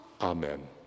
Amen